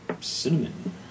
cinnamon